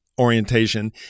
orientation